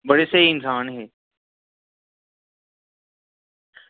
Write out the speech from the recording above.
बड़े स्हेई इन्सान हे